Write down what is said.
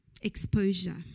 exposure